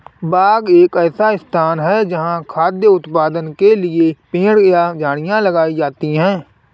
बाग एक ऐसा स्थान है जहाँ खाद्य उत्पादन के लिए पेड़ या झाड़ियाँ लगाई जाती हैं